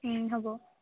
হ'ব